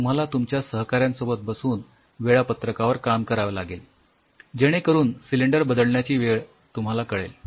तुम्हाला तुमच्या सहकाऱ्यांसोबत बसून वेळापत्रकावर काम करावे लागेल जेणे करून सिलिंडर बदलण्याची वेळ तुम्हाला कळेल